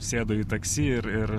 sėdo į taksi ir ir